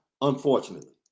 unfortunately